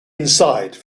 inside